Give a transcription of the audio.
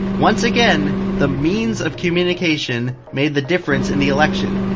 once again, the means of communication made the difference in the election.